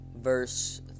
verse